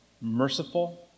merciful